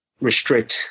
restrict